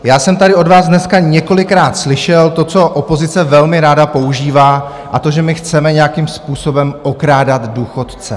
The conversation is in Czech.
Já jsem tady od vás dneska několikrát slyšel to, co opozice velmi ráda používá, a to že my chceme nějakým způsobem okrádat důchodce.